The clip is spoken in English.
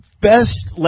best